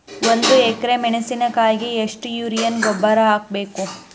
ಒಂದು ಎಕ್ರೆ ಮೆಣಸಿನಕಾಯಿಗೆ ಎಷ್ಟು ಯೂರಿಯಾ ಗೊಬ್ಬರ ಹಾಕ್ಬೇಕು?